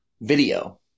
video